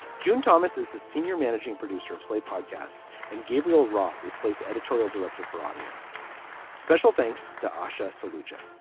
john thomas is the senior managing producer of slate podcast and gabriel roth is slate's editorial director for audio special thanks to asha solution.